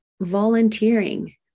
volunteering